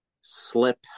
slip